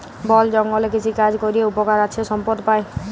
বল জঙ্গলে কৃষিকাজ ক্যরে উপকার আছে সম্পদ পাই